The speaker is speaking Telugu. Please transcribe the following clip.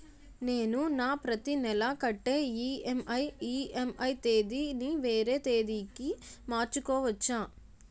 నేను నా ప్రతి నెల కట్టే ఈ.ఎం.ఐ ఈ.ఎం.ఐ తేదీ ని వేరే తేదీ కి మార్చుకోవచ్చా?